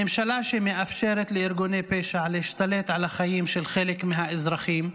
ממשלה שמאפשרת לארגוני פשע להשתלט על החיים של חלק מהאזרחים.